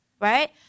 Right